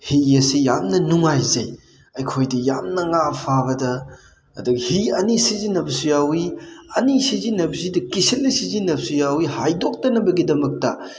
ꯍꯤ ꯑꯁꯤ ꯌꯥꯝꯅ ꯅꯨꯡꯉꯥꯏꯖꯩ ꯑꯩꯈꯣꯏꯗꯤ ꯌꯥꯝꯅ ꯉꯥ ꯐꯕꯗ ꯑꯗꯣ ꯍꯤ ꯑꯅꯤ ꯁꯤꯖꯤꯟꯅꯕꯁꯨ ꯌꯥꯎꯋꯤ ꯑꯅꯤ ꯁꯤꯖꯤꯟꯅꯕꯁꯤꯗ ꯀꯤꯁꯜꯂ ꯁꯤꯖꯤꯟꯅꯕꯁꯨ ꯌꯥꯎꯋꯤ ꯍꯥꯏꯗꯣꯛꯇꯅꯕꯒꯤꯗꯃꯛꯇ